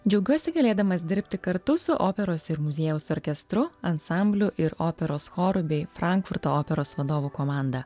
džiaugiuosi galėdamas dirbti kartu su operos ir muziejaus orkestru ansambliu ir operos choru bei frankfurto operos vadovų komanda